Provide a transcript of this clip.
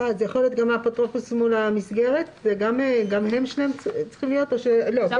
לקדם את מוכנות הגורם האחראי והמסגרת למצבי חירום,